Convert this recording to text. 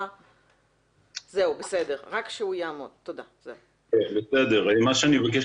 ערות עירוני וכבר אז הבנתי שבשביל לשמור